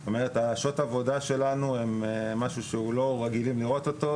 זאת אומרת השעות עבודה שלנו זה משהו שלא רגילים לראות אותו,